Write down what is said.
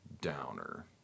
downer